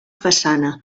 façana